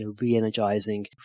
re-energizing